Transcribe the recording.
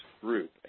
group